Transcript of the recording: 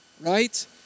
right